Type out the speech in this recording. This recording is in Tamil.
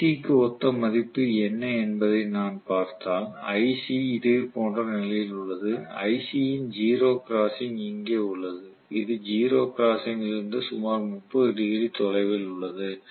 iC க்கு ஒத்த மதிப்பு என்ன என்பதை நான் பார்த்தால் iC இதே போன்ற நிலையில் உள்ளது iC இன் ஸிரோ கிராஸ்ஸிங் இங்கே உள்ளது இது ஸிரோ கிராஸ்ஸிங்கில் இருந்து சுமார் 30 டிகிரி தொலைவில் உள்ளது